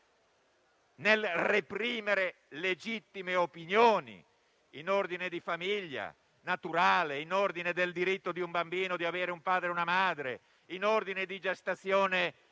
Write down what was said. nel reprimere legittime opinioni in ordine di famiglia naturale, in ordine del diritto di un bambino di avere un padre e una madre, in ordine di gestazione